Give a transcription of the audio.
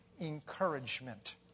encouragement